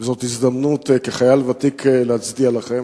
וזו הזדמנות, כחייל ותיק, להצדיע לכם.